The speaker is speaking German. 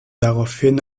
daraufhin